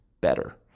better